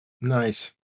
Nice